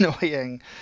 annoying